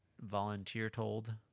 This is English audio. volunteer-told